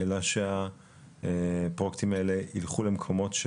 אלא שהפרויקטים האלה ילכו למקומות,